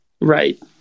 Right